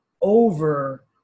over